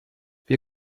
wir